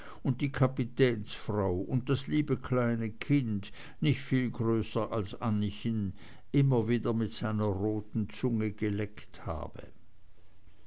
und die kapitänsfrau und das liebe kleine kind nicht viel größer als anniechen immer wieder mit seiner roten zunge geleckt habe